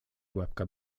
ławka